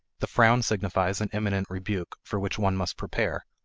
the frown signifies an imminent rebuke for which one must prepare,